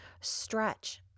Stretch